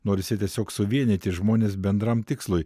norisi tiesiog suvienyti žmones bendram tikslui